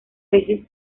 veces